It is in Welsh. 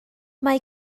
mae